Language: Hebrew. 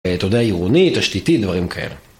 אתה יודע עירוני, תשתיתי, דברים כאלה